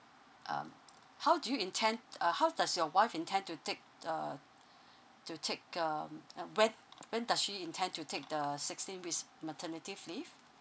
um how do you intend uh how does your wife intend to take uh to take um uh when when does she intend to take the sixteen weeks maternity leave